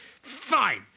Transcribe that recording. fine